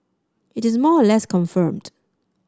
it is more or less confirmed